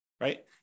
right